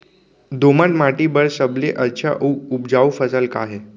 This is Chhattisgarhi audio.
दोमट माटी बर सबले अच्छा अऊ उपजाऊ फसल का हे?